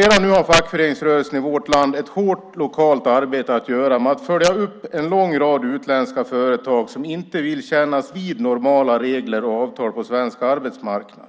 Redan nu har fackföreningsrörelsen i vårt land ett hårt lokalt arbete att utföra med att följa upp en lång rad utländska företag som inte vill kännas vid normala regler och avtal på svensk arbetsmarknad.